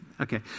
Okay